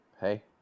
Hey